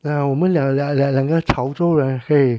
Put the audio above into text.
ya 我们两两两个潮州人可以